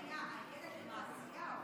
למעשיהו.